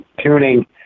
tuning